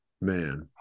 Man